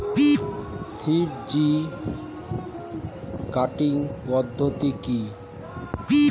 Three G cutting পদ্ধতি কি?